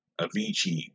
Avicii